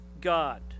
God